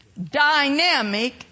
dynamic